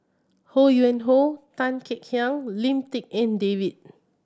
Ho Yuen Hoe Tan Kek Hiang Lim Tik En David